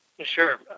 Sure